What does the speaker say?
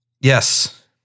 Yes